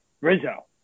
Rizzo